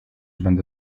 będę